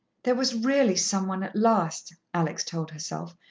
there was really some one at last, alex told herself,